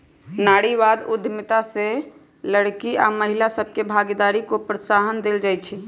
नारीवाद उद्यमिता में लइरकि आऽ महिला सभके भागीदारी को प्रोत्साहन देल जाइ छइ